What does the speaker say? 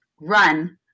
run